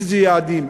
איזה יעדים?